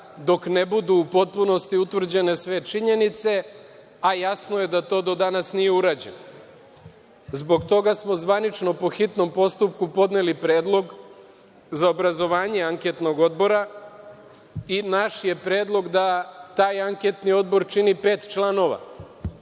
dok ne budu u potpunosti utvrđene sve činjenice, a jasno je da to do danas nije urađeno. Zbog toga smo zvanično, po hitnom postupku podneli predlog za obrazovanje anketnog odbora i naš je predlog da taj anketni odbor čini pet članova.